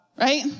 Right